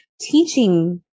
teaching